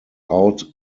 out